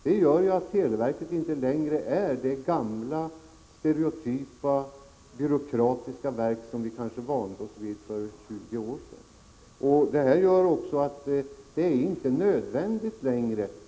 Detta gör att televerket inte längre är det gamla stereotypa, byråkratiska verk som vi vande oss vid att det var för 20 år sedan.